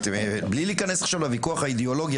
בלי להיכנס עכשיו לויכוח האידיאולוגי,